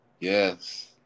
yes